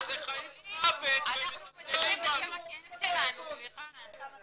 אנחנו מדברים בשם הכאב שלנו, סליחה.